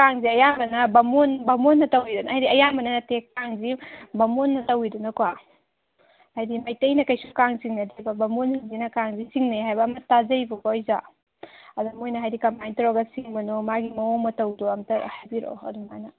ꯀꯥꯡꯁꯦ ꯑꯌꯥꯝꯕꯅ ꯕꯥꯃꯣꯟꯅ ꯇꯧꯔꯤꯔ ꯍꯥꯏꯗꯤ ꯑꯌꯥꯝꯕꯅ ꯅꯠꯇꯦ ꯀꯥꯡꯁꯤ ꯕꯥꯃꯣꯟꯅ ꯇꯧꯏꯗꯅꯀꯣ ꯍꯥꯏꯗꯤ ꯃꯩꯇꯩꯅ ꯀꯩꯁꯨ ꯀꯥꯡ ꯆꯤꯡꯅꯗꯦꯕ ꯕꯥꯃꯣꯟ ꯑꯣꯏꯕꯁꯤꯅ ꯀꯥꯡꯁꯤ ꯆꯤꯡꯅꯩ ꯍꯥꯏꯕ ꯑꯃ ꯇꯥꯖꯩꯕꯀꯣ ꯑꯩꯁꯨ ꯑꯗ ꯃꯣꯏꯅ ꯍꯥꯏꯅꯗꯤ ꯀꯃꯥꯏꯅ ꯇꯧꯔꯒ ꯆꯤꯡꯕꯅꯣ ꯃꯥꯒꯤ ꯃꯑꯣꯡ ꯃꯇꯧꯗꯣ ꯑꯝꯇ ꯍꯥꯏꯕꯤꯔꯛꯑꯣ ꯑꯗꯨꯃꯥꯏꯅ